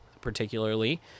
particularly